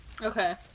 Okay